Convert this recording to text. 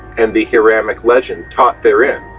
and the hiramic legend taught therein.